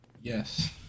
Yes